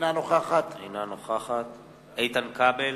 אינה נוכחת איתן כבל,